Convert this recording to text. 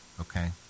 Okay